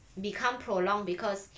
become prolonged because